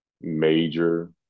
major